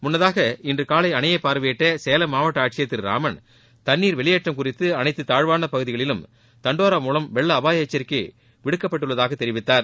முன்னதாக இன்று காலை அணையை பார்வையிட்ட சேலம் மாவட்ட ஆட்சியர் திரு ராமன் தண்ணீர் வெளியேற்றம் குறிதது அனைத்து தாழ்வான பகுதிகளிலும் தண்டோரா மூலம் வெள்ள அபாய எச்சரிக்கை விடுக்கப்பட்டுள்ளதாகத் தெரிவித்தார்